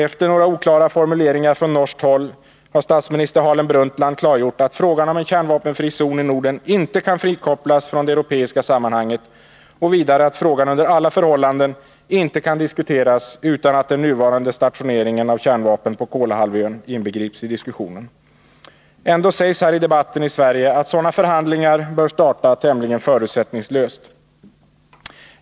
Efter några — Utrikesoch hanoklara formuleringar från norskt håll har statsministern Harlem Brundtland delspolitisk debatt klargjort att frågan om en kärnvapenfri zon i Norden inte kan frikopplas från det europeiska sammanhanget och vidare att frågan under alla förhållanden inte kan diskuteras utan att den nuvarande stationeringen av kärnvapen på Kolahalvön inbegrips i diskussionen. Ändå sägs här i debatten i Sverige att sådana förhandlingar bör starta tämligen förutsättningslöst.